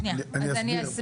שנייה, אז אני אסביר.